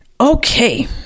Okay